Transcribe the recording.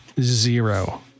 zero